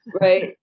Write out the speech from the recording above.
Right